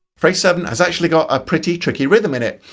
phrase seven has actually got a pretty tricky rhythm in it.